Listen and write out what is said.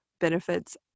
benefits